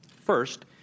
First